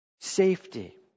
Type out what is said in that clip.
safety